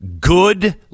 Good